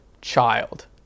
child